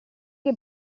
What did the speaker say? che